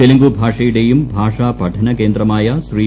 തെലുങ്കുഭാഷയുടെയും ഭാഷാപഠനകേന്ദ്രമായ ശ്രീ